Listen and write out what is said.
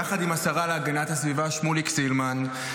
יחד עם השרה להגנת הסביבה שמוליק סילמן,